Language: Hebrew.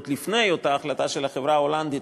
עוד לפני אותה החלטה של החברה ההולנדית,